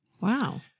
Wow